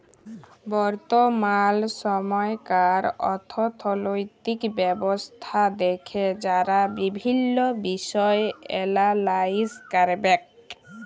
বর্তমাল সময়কার অথ্থলৈতিক ব্যবস্থা দ্যাখে যারা বিভিল্ল্য বিষয় এলালাইস ক্যরবেক